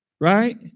right